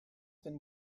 been